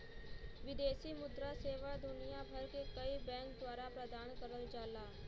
विदेशी मुद्रा सेवा दुनिया भर के कई बैंक द्वारा प्रदान करल जाला